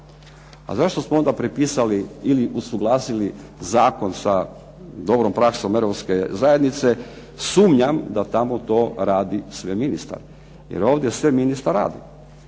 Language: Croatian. A zašto smo onda prepisali ili usuglasili zakon sa dobrom praksom europske zajednice. Sumnjam da tamo to radi sve ministar. Jer ovdje sve ministar radi.